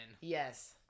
Yes